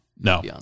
No